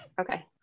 Okay